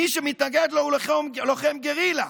מי שמתנגד לו הוא לוחם גרילה.